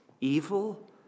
evil